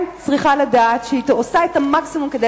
אם צריכה לדעת שהיא עושה את המקסימום כדי